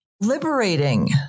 liberating